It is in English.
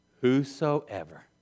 whosoever